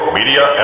Media